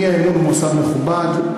האי-אמון הוא מוסד מכובד,